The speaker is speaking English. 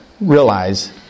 realize